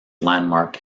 landmark